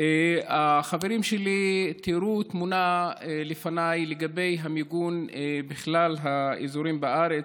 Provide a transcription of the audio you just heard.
החברים לפניי תיארו תמונה לגבי המיגון בכלל האזורים בארץ,